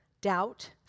doubt